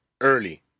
early